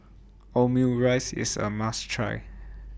Omurice IS A must Try